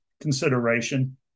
consideration